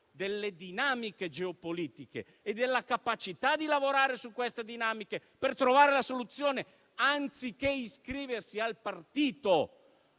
delle dinamiche geopolitiche e della capacità di lavorare su tali dinamiche per trovare la soluzione, anziché iscriversi al partito